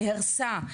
נהרסה,